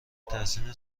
تحسین